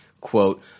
quote